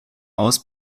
aus